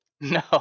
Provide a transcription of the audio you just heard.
No